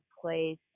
place